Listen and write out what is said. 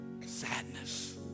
Sadness